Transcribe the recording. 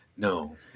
No